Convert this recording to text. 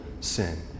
sin